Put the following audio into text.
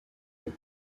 eux